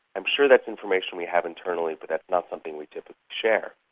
i'm sure that information we have internally but that's not something we typically share.